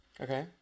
Okay